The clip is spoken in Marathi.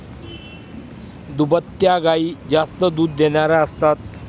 दुभत्या गायी जास्त दूध देणाऱ्या असतात